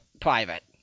private